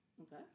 Okay